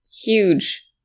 huge